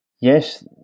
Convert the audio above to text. yes